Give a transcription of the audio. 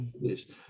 yes